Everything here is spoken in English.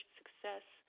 success